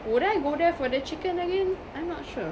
would I go there for the chicken again I'm not sure